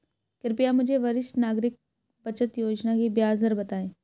कृपया मुझे वरिष्ठ नागरिक बचत योजना की ब्याज दर बताएं